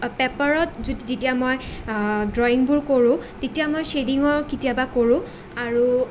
পেপাৰত যেতিয়া মই ড্ৰয়িঙবোৰ কৰোঁ তেতিয়া মই ছেড্ৰিঙৰ কেতিয়াবা কৰোঁ আৰু